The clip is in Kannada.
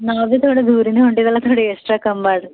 ನಾವು ಬಿ ಥೋಡೆ ದೂರಿಂದ ಹೊಂಟೇವಲ್ಲ ಎಕ್ಸ್ಟ್ರಾ ಕಮ್ಮಿ ಮಾಡಿರಿ